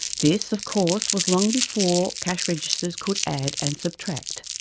this of course was long before cash registers could add and subtract.